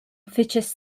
features